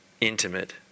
intimate